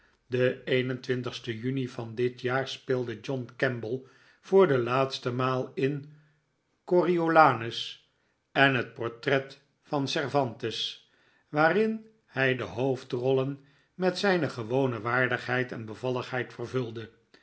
den juni van dit jaar speelde john kemble voor de laatste maal in coriolanus en het portret van cervantes waarin hij de hoofdrollen met zijne gewone waardigheid en bevalligheid vervulde